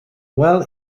well